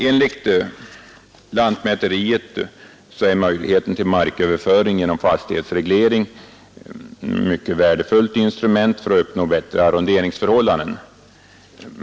Enligt lantmäteriet är möjligheten till marköverföring genom fastighetsreglering ett mycket värdefullt instrument för att uppnå bättre arronderingsförhållanden.